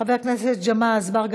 חבר הכנסת ג'מעה אזברגה,